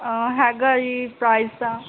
ਹੈਗਾ ਜੀ ਪ੍ਰਾਈਸ ਤਾਂ